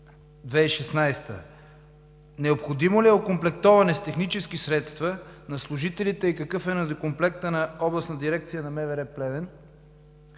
2016 г.? Необходимо ли е окомплектоване с технически средства на служителите и какъв е недокомплекта на Областна дирекция на МВР – Плевен?